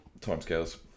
timescales